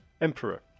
emperor